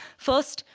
first,